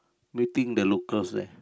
meeting the locals there